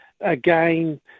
again